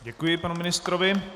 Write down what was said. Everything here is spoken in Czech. Děkuji panu ministrovi.